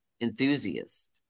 enthusiast